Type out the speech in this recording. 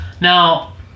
Now